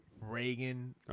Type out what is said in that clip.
Reagan